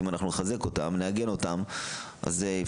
אם אנחנו נחזק אותם,